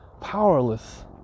powerless